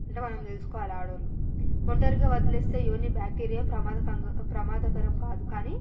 అంటే మనం తెలుసుకోవాలి ఆడవాళ్ళు ఒంటరిగా వదిలేస్తే యోని బ్యాక్టీరియా ప్రమాదకంగా ప్రమాదకరం కాదు కాని